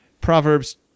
Proverbs